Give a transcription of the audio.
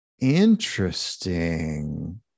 Interesting